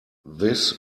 this